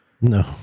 No